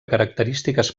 característiques